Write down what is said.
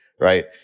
Right